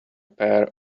pair